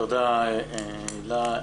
תודה, הילה.